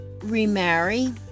remarry